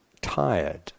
tired